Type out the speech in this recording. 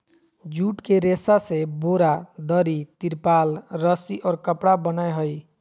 jute के रेशा से बोरा, दरी, तिरपाल, रस्सि और कपड़ा बनय हइ